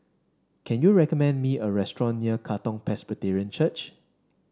can you recommend me a restaurant near Katong Presbyterian Church